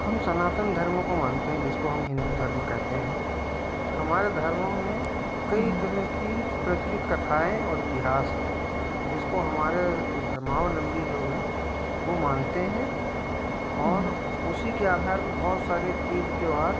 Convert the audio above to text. हम सनातन धर्म को मानते हैं जिसको हम हिंदू धर्म कहते हैं हमारे धर्म में कई तरह की प्रचलित कथाएँ और इतिहास है जिसको हमारे धर्माओ लंबी लोग हैं वो मानते हैं और उसी के आधार पर बहुत सारे तीज त्यौहार